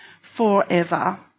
forever